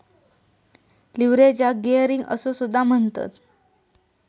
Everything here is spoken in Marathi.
लीव्हरेजाक गियरिंग असो सुद्धा म्हणतत